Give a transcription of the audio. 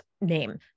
name